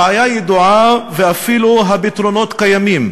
הבעיה ידועה ואפילו הפתרונות קיימים.